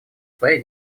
своей